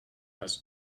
has